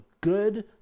good